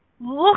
look